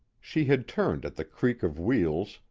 she had turned at the creak of wheels,